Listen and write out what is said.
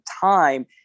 time